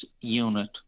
unit